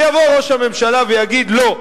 ויבוא ראש הממשלה ויגיד: לא,